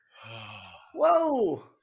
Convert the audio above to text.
Whoa